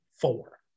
four